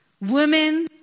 women